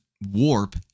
warp